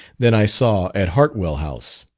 than i saw at hartwell house.